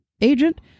agent